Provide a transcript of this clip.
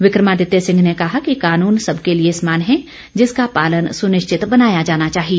विक्रमादित्य सिंह ने कहा कि कानून सबके लिए समान है जिसका पालन सुनिश्चित बनाया जाना चाहिए